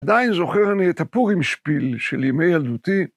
עדיין זוכר אני את הפורים שפיל של ימי ילדותי.